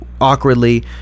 awkwardly